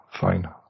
fine